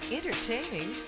Entertaining